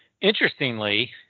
Interestingly